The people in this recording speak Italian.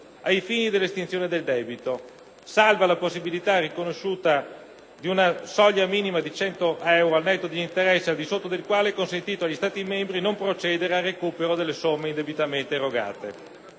ai fini dell'estinzione del debito, salva la possibilità riconosciuta di una soglia minima di 100 euro al netto degli interessi, al di sotto della quale è consentito agli Stati membri non procedere al recupero delle somme indebitamente erogate.